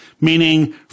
meaning